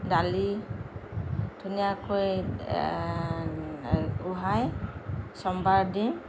দালি ধুনীয়াকৈ উহাই দি